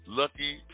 lucky